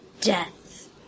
death